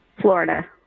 Florida